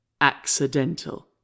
accidental